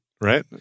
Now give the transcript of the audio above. right